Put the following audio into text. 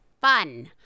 fun